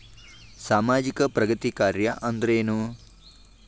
ಸಾಮಾಜಿಕ ಪ್ರಗತಿ ಕಾರ್ಯಾ ಅಂದ್ರೇನು?